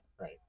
Right